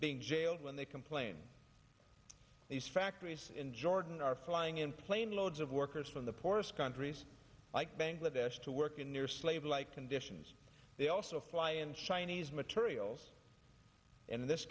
being jailed when they complain these factories in jordan are flying in planeloads of workers from the poorest countries like bangladesh to work in near slave like conditions they also fly in chinese materials and in this